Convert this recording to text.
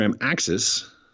Axis